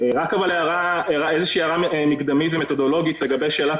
אני רוצה להעיר הערה מקדמית ומתודולוגית לגבי שאלת